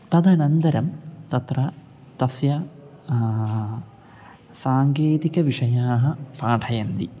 तदनन्दरं तत्र तस्य साङ्केतिकविषयाः पाठयन्ति